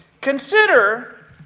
Consider